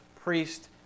priest